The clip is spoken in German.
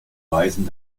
weißen